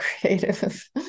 creative